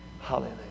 Hallelujah